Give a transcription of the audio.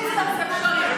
זהו.